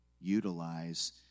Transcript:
utilize